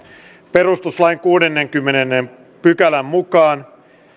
perustuslain kuudennenkymmenennen pykälän mukaan